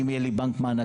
אם יהיה לי בנק מענקים,